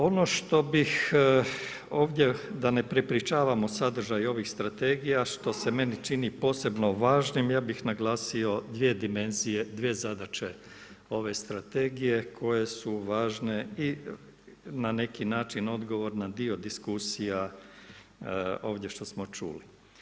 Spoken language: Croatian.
Ono što bih ovdje da ne prepričavamo sadržaj ovih strategija što se meni čini posebno važnim, ja bih naglasio dvije dimenzije, dvije zadaće ove strategije koje su važne i na neki način odgovor na dio diskusija ovdje što smo čuli.